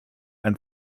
ein